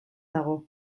dago